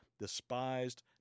despised